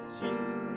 Jesus